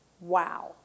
wow